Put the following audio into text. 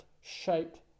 shaped